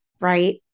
right